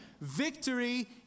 Victory